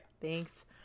Thanks